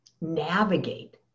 navigate